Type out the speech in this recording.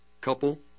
couple